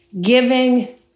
giving